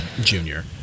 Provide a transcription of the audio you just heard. Junior